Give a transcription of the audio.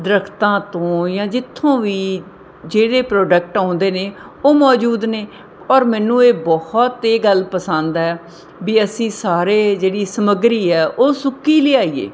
ਦਰੱਖਤਾਂ ਤੋਂ ਜਾਂ ਜਿੱਥੋਂ ਵੀ ਜਿਹੜੇ ਪ੍ਰੋਡਕਟ ਆਉਂਦੇ ਨੇ ਉਹ ਮੌਜੂਦ ਨੇ ਔਰ ਮੈਨੂੰ ਇਹ ਬਹੁਤ ਇਹ ਗੱਲ ਪਸੰਦ ਹੈ ਵੀ ਅਸੀਂ ਸਾਰੇ ਜਿਹੜੀ ਸਮੱਗਰੀ ਹੈ ਉਹ ਸੁੱਕੀ ਲਿਆਈਏ